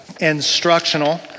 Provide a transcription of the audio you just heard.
instructional